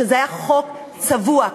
וזה היה כסף צבוע בחוק.